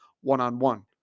one-on-one